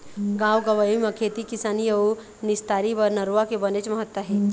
गाँव गंवई म खेती किसानी अउ निस्तारी बर नरूवा के बनेच महत्ता हे